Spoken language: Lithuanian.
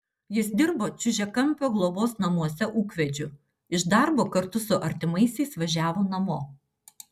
jis dirbo čiužiakampio globos namuose ūkvedžiu iš darbo kartu su artimaisiais važiavo namo